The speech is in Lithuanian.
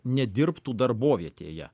nedirbtų darbovietėje